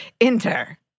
Enter